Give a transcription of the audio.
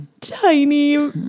Tiny